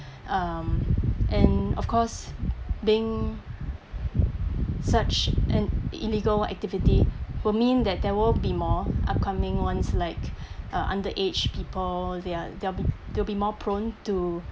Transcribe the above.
um and of course being such an illegal activity will mean that there will be more upcoming ones like uh underage people they're they're they'll be more prone to